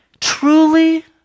truly